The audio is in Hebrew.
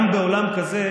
גם בעולם כזה,